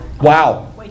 wow